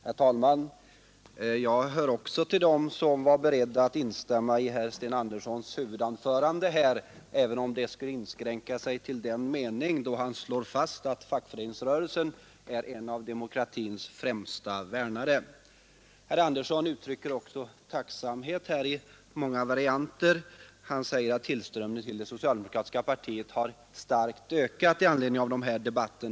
Herr talman! Jag hör också till dem som var beredda att instämma i herr Sten Anderssons huvudanförande, även om detta instämmande inskränker sig till den mening där han slår fast att fackföreningsrörelsen är en av demokratins främsta värnare. Herr Andersson uttrycker också sin tacksamhet i många varianter. Han säger att tillströmningen till det socialdemokratiska partiet starkt har ökat i anledning av dessa debatter.